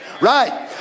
Right